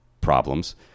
problems